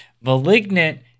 malignant